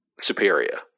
Superior